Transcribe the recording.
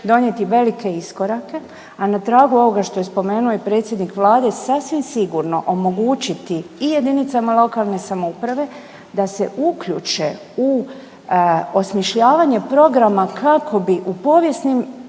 donijeti velike iskorake. A na tragu ovoga što je spomenuo i predsjednik Vlade, sasvim sigurno omogućiti i jedinicama lokalne samouprave da se uključe u osmišljavanje programa kako bi u povijesnim